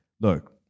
look